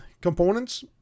Components